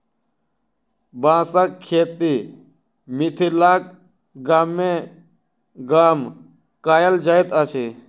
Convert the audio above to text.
बाँसक खेती मिथिलाक गामे गाम कयल जाइत अछि